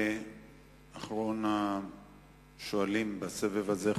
אחרון השואלים בסבב הזה,